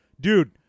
dude